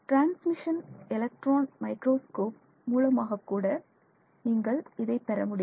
transmission electron microscope மூலமாகக்கூட நீங்கள் இதை பெறமுடியும்